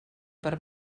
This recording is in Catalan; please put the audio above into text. per